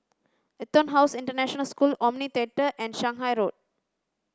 EtonHouse International School Omni Theatre and Shanghai Road